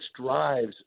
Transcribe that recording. drives